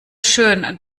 schön